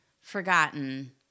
forgotten